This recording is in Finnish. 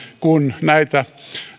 kun näitä